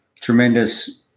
Tremendous